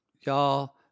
Y'all